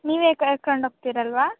ನೀವೇ ಕರ್ಕೊಂಡೋಗ್ತೀರಲ್ವಾ